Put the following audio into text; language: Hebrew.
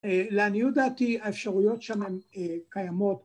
לעניות דעתי, האפשרויות שם קיימות.